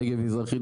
נגב מזרחי,